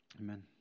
Amen